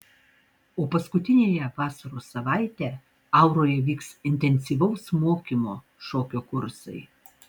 o paskutiniąją vasaros savaitę auroje vyks intensyvaus mokymo šokio kursai